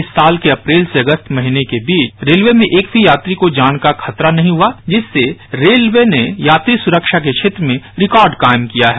इस साल के अप्रैल से अगस्त महीने के बीच रेलवे में एक भी यात्री को जान का खतरा नहीं हुआ जिससे रेलवे ने यात्री सुरक्षा के क्षेत्र में रिकॉर्ड कायम किया है